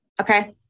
Okay